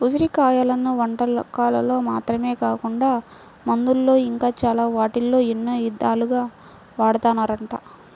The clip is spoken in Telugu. ఉసిరి కాయలను వంటకాల్లో మాత్రమే కాకుండా మందుల్లో ఇంకా చాలా వాటిల్లో ఎన్నో ఇదాలుగా వాడతన్నారంట